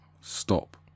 stop